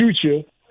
future